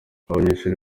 abanyeshuri